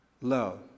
Love